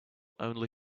only